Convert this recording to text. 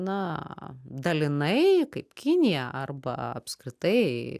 na dalinai kaip kinija arba apskritai